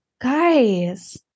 Guys